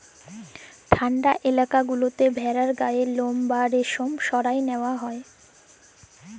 ঠাল্ডা ইলাকা গুলাতে ভেড়ার গায়ের লম বা রেশম সরাঁয় লিয়া হ্যয়